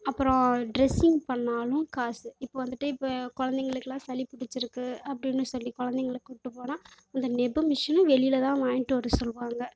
அப்பறம் டிரெஸ்சிங் பண்ணாலும் காசு இப்போ வந்துட்டு இப்போ குழந்தைங்களுக்குலாம் சளி புடித்து இருக்குது அப்டின்னு சொல்லி குழந்தைங்கள கூட்டு போனால் அந்த நெபும் மிஷினும் வெளியில் தான் வாங்கிட்டு வர சொல்லுவாங்க